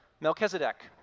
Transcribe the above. Melchizedek